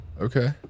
okay